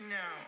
no